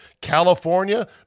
California